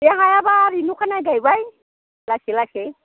दे हायाबा ओरैनो अखानायै गायबाय लासै लासै